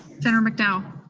senator mcdowell?